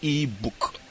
ebook